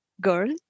girl